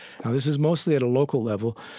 this is mostly at a local level,